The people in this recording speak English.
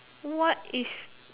what is